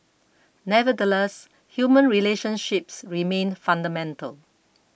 nevertheless human relationships remain fundamental